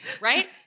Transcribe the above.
Right